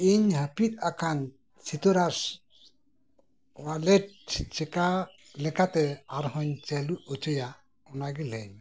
ᱤᱧ ᱦᱟᱯᱤᱫ ᱟᱠᱟᱱ ᱥᱤᱛᱟᱹᱨᱟᱥ ᱚᱣᱟᱞᱮᱴ ᱪᱤᱠᱟᱹ ᱞᱮᱠᱟᱛᱮ ᱟᱨᱦᱚᱸᱧ ᱪᱟᱹᱞᱩ ᱦᱚᱪᱚᱭᱟ ᱚᱱᱟ ᱜᱮ ᱞᱟᱹᱭᱟᱹᱧ ᱢᱮ